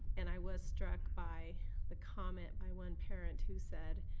and i was struck by the comment by one parent who said,